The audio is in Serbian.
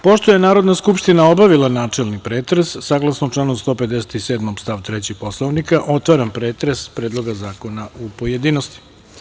Pošto je Narodna skupština obavila načelni pretres, saglasno članu 157. stav 3. Poslovnika otvaram pretres Predloga zakona u pojedinostima.